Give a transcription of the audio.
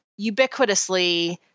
ubiquitously